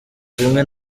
zimwe